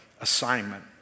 assignment